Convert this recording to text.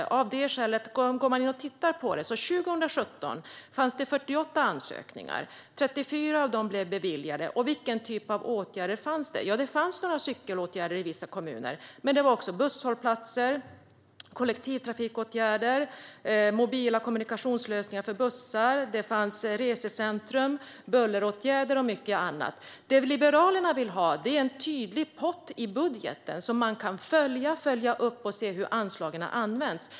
Om man går in och tittar på dem kan man nämligen se att det 2017 fanns 48 ansökningar. 34 av dem beviljades. Och vilken typ av åtgärder handlade det om? Det fanns några cykelåtgärder i vissa kommuner. Men det var också busshållplatser, kollektivtrafikåtgärder, mobila kommunikationslösningar för bussar, resecentrum, bulleråtgärder och mycket annat. Liberalerna vill ha en tydlig pott i budgeten så att man kan följa upp hur anslagen har använts.